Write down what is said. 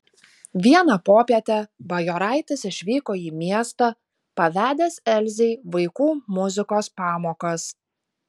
vieną popietę bajoraitis išvyko į miestą pavedęs elzei vaikų muzikos pamokas